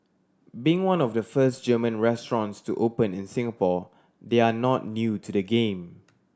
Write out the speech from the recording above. being one of the first German restaurants to open in Singapore they are not new to the game